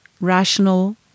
rational